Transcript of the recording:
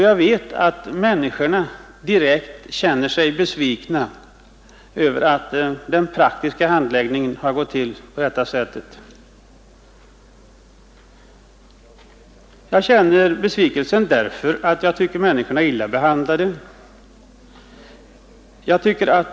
Jag vet att människorna känner sig besvikna över att den praktiska handläggningen har gått till på detta sätt. Jag känner också själv besvikelse därför att jag tycker att människorna är illa behandlade.